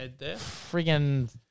friggin